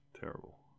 Terrible